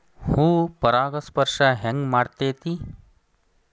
ಹೂ ಪರಾಗಸ್ಪರ್ಶ ಹೆಂಗ್ ಮಾಡ್ತೆತಿ?